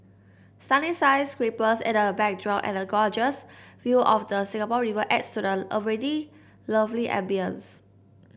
stunning sky scrapers in the a backdrop and a gorgeous view of the Singapore River adds to the already lovely ambience